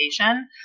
education